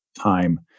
time